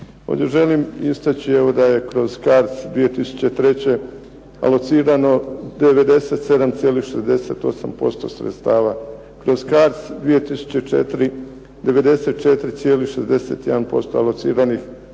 Ovdje želim istaći da je kroz CARDS 2003. alocirano 97,68% sredstava kroz CARDS 2004., 94,61% alociranih sredstava